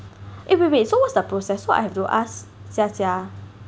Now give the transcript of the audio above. eh wait wait so what's the process so I have to ask Jia Jia